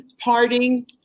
Parting